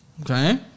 Okay